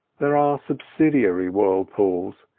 there are subsidiary whirlpools,